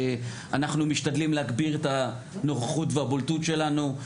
אנחנו משתדלים להגביר את הנוכחות והבולטות שלנו,